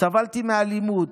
סבלתי מאלימות,